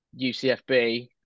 UCFB